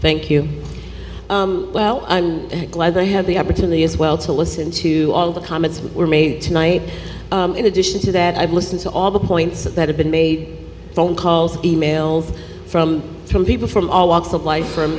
thank you well i'm glad i had the opportunity as well to listen to all the comments were made tonight in addition to that i've listened to all the points that have been made phone calls e mails from from people from all walks of life f